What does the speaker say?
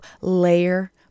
layer